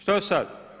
Što sad?